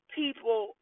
people